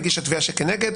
הגישה תביעה שכנגד,